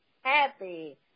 happy